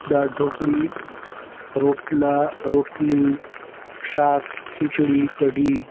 દાળ ઢોકળી રોટલા રોટલી શાક ખિચડી કઢી